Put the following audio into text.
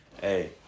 hey